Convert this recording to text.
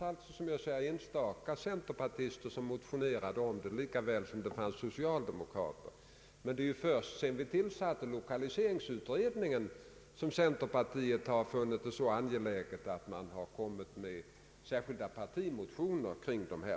Som jag sade var det enstaka centerpartister och socialdemokrater som motionerade i frågan. Det är först sedan lokaliseringsutredningen tillsattes som centerpartiet har funnit frågan så angelägen att man väckt särskilda partimotioner om detta.